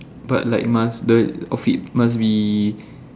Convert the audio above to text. but like must the outfit must be